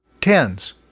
Tens